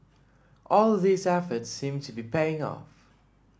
all these efforts seem to be paying off